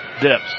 Dips